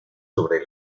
sobre